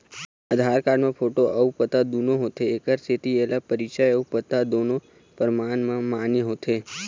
आधार card म photo अउ पता दुनो होथे एखर सेती एला परिचय अउ पता दुनो परमान म मान्य होथे